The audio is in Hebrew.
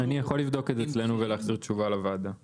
דרכי עבודת המועצה וסדרי דיוניה יפורסמו באתר האינטרנט של המשרד".